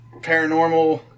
paranormal